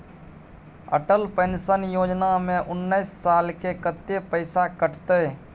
Atal pension योजना में उनैस साल के कत्ते पैसा कटते?